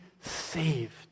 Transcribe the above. saved